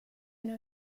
know